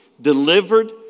delivered